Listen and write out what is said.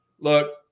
look